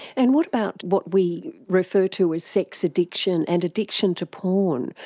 and what about what we refer to as sex addiction and addiction to porn.